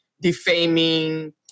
defaming